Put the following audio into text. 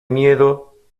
miedo